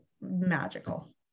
magical